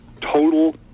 total